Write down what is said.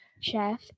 chef